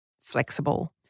flexible